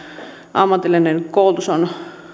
ammatillinen koulutus on